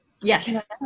Yes